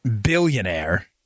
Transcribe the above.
billionaire